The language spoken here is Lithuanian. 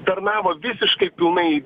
tarnavo visiškai pilnai